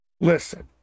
Listen